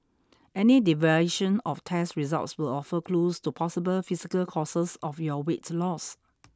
any deviation of test results will offer clues to possible physical causes of your weight loss